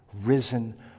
risen